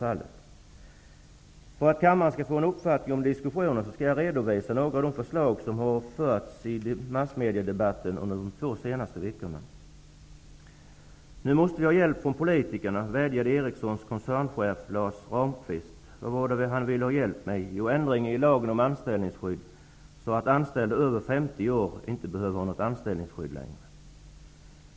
För att kammarens ledamöter skall få en uppfattning om diskussionen skall jag redovisa några av de förslag som har förts fram i massmediadebatten under de två senaste veckorna. ''Nu måste vi ha hjälp från politikerna'', löd en vädjan från Ericssons koncernchef Lars Ramkvist. Vad han ville ha hjälp med var en ändring i lagen om anställningsskydd, så att anställda över 50 års ålder inte längre får något anställningsskydd.